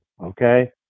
Okay